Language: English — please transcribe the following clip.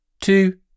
two